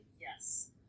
yes